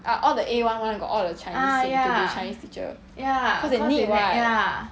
ah all the A one [one] got all the chinese 信 to be chinese teacher cause they need [what]